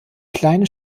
kleine